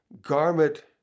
garment